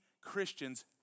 Christians